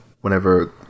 whenever